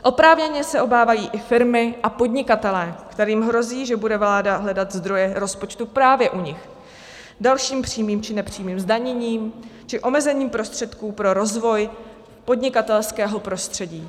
Oprávněně se obávají i firmy a podnikatelé, kterým hrozí, že bude vláda hledat zdroje rozpočtu právě u nich dalším přímým či nepřímým zdaněním či omezením prostředků pro rozvoj podnikatelského prostředí.